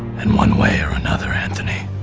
in one way or another, anthony.